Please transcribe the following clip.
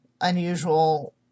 unusual